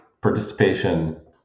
participation